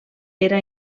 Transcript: era